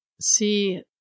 see